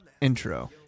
intro